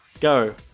go